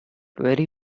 very